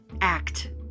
act